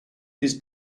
his